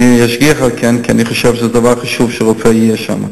אני אשגיח על כך כי אני חושב שזה דבר חשוב שרופא יהיה שם.